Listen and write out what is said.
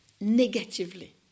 negatively